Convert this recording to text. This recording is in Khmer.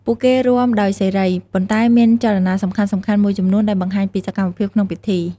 ពួកគេរាំដោយសេរី ប៉ុន្តែមានចលនាសំខាន់ៗមួយចំនួនដែលបង្ហាញពីសកម្មភាពក្នុងពិធី។